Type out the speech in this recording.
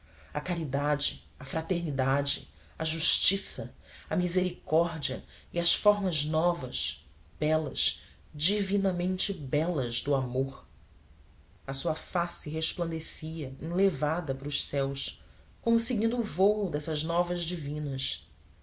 a caridade a fraternidade a justiça a misericórdia e as formas novas belas divinamente belas do amor a sua face resplandecia enlevada para os céus como seguindo o vôo dessas novas divinas